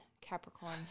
Capricorn